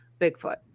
bigfoot